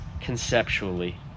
conceptually